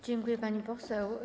Dziękuję, pani poseł.